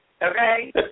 Okay